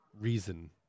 reason